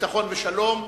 ביטחון ושלום,